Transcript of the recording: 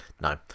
No